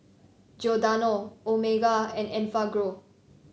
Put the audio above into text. Giordano Omega and Enfagrow